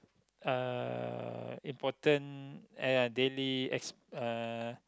uh important and yeah daily uh